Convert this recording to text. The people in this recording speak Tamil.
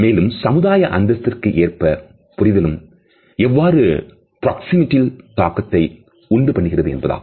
மேலும் சமுதாய அந்தஸ்திற்கு ஏற்ப புரிதலும் எவ்வாறு பிராக்சிமிடில் தாக்கத்தை உண்டு பண்ணுகிறது என்பதாகும்